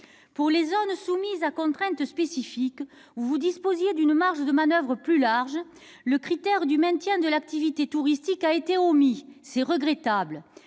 Pour les zones soumises à contraintes spécifiques, pour lesquelles vous disposiez d'une marge de manoeuvre plus large, le critère du maintien de l'activité touristique a été omis, ce qui est regrettable.